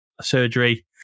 surgery